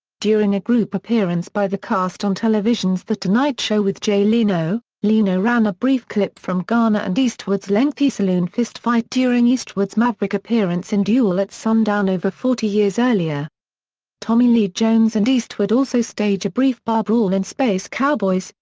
during a group appearance by the cast on television's the tonight show with jay leno, leno ran a brief clip from garner and eastwood's lengthy saloon fistfight during eastwood's maverick appearance in duel at sundown over forty years earlier tommy lee jones and eastwood also stage a brief bar brawl in space cowboys,